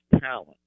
talent